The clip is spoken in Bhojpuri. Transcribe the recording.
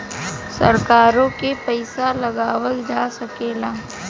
सरकारों के पइसा लगावल जा सकेला